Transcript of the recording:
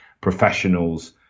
professionals